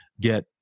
get